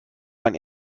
man